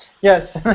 Yes